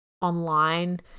online